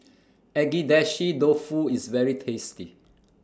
Agedashi Dofu IS very tasty